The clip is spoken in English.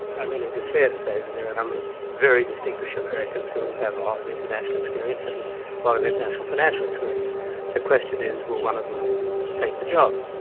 i mean, it is fair to say that there are a number of very distinguished americans who have a lot of international experience and a lot of international financial experience the question is will one of them take the job.